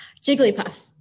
Jigglypuff